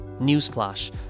newsflash